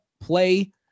play